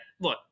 Look